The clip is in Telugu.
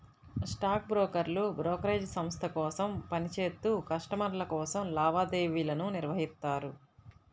స్టాక్ బ్రోకర్లు బ్రోకరేజ్ సంస్థ కోసం పని చేత్తూ కస్టమర్ల కోసం లావాదేవీలను నిర్వహిత్తారు